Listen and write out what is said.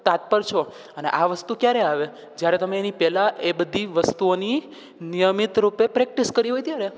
તત્પર છો અને આ વસ્તુ ક્યારે આવે જ્યારે તમે એની પહેલાં એ બધી વસ્તુઓની નિયમિત રૂપે પ્રેક્ટિસ કરી હોય ત્યારે